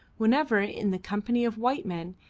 whenever, in the company of white men,